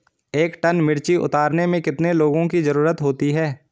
एक टन मिर्ची उतारने में कितने लोगों की ज़रुरत होती है?